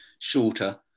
shorter